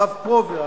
הרב פרובר,